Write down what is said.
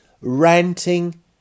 ranting